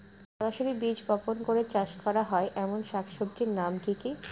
সরাসরি বীজ বপন করে চাষ করা হয় এমন শাকসবজির নাম কি কী?